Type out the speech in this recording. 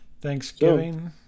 Thanksgiving